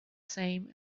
same